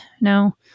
no